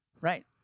Right